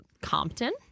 Compton